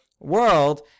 world